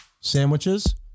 Sandwiches